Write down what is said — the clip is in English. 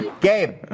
Gabe